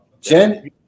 Jen